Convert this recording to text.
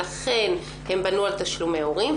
לכן הם בנו על תשלומי הורים,